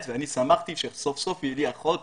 ואני שמחתי שסוף סוף תהיה לי כאן אחות,